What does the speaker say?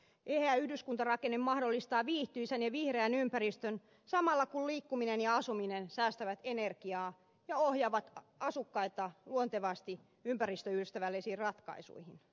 eheä yhdyskuntarakenne mahdollistaa viihtyisän ja vihreän ympäristön samalla kun liikkuminen ja asuminen säästävät energiaa ja ohjaavat asukkaita luontevasti ympäristöystävällisiin ratkaisuihin